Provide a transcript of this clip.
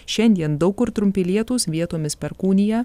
šiandien daug kur trumpi lietūs vietomis perkūnija